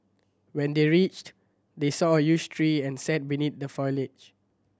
when they reached they saw a huge tree and sat beneath the foliage